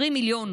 20 מיליון